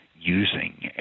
using